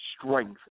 strength